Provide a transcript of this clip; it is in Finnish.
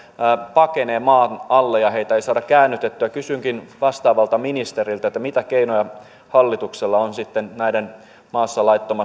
pakenee maan alle ja heitä ei saada käännytettyä kysynkin vastaavalta ministeriltä mitä keinoja hallituksella on sitten näiden maassa laittomasti